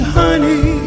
honey